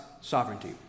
sovereignty